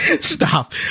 Stop